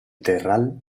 terral